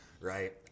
Right